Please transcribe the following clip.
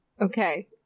Okay